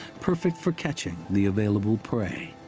perfect for catching the available prey.